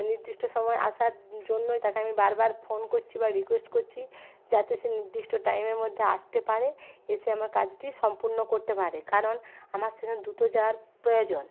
নির্দিষ্ট সময়ে আসার জন্যই তাকে আমি বারবার ফোন করছি বা রিকোয়েস্ট করছি যাতে সে নির্দিষ্ট টাইমের মধ্যে আসতে পারে এসে আমার কাজটি সম্পূর্ণ করতে পারে কারণ আমার সেখানে দ্রুত যাওয়ার প্রয়োজন